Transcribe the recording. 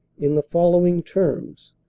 in the following terms